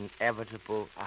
inevitable